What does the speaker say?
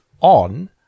on